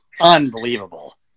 unbelievable